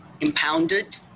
impounded